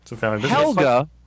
Helga